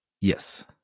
yes